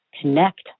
connect